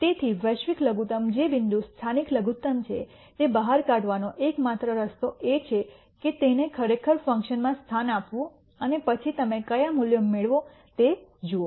તેથી વૈશ્વિક લઘુત્તમ જે બિંદુ સ્થાનિક લઘુત્તમ છે તે બહાર કાઢવાનો એકમાત્ર રસ્તો એ છે કે તેને ખરેખર ફંકશનમાં સ્થાન આપવું અને પછી તમે કયા મૂલ્યો મેળવો તે જુઓ